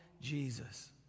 Jesus